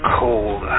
cold